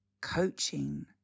coaching